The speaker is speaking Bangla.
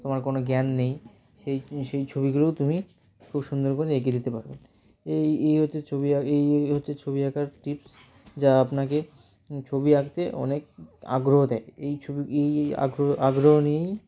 তোমার কোনো জ্ঞান নেই সেই সেই ছবিগুলোও তুমি খুব সুন্দর করে এঁকে দিতে পারবে এই এই হচ্ছে ছবি আঁক এই হচ্ছে ছবি আঁকার টিপস যা আপনাকে ছবি আঁকতে অনেক আগ্রহ দেয় এই ছবি এই আগ্রহ আগ্রহ নিয়েই